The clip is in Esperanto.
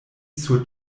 sur